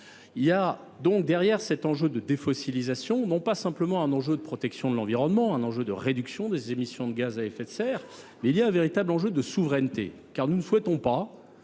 Il y a donc, derrière cet enjeu de défossilisation, non pas simplement un enjeu de protection de l’environnement, de réduction des émissions de gaz à effet de serre, mais un véritable enjeu de souveraineté. En effet, nous ne souhaitons pas